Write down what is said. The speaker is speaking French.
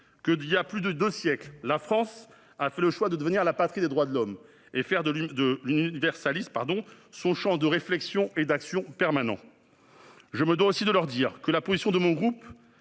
que, il y a plus de deux siècles, la France a fait le choix de devenir la patrie des droits de l'homme et de faire de l'universalisme son champ de réflexion et d'action permanent. Je me dois aussi de leur dire que la position de mon groupe